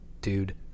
dude